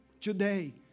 today